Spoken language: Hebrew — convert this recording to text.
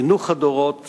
חינוך הדורות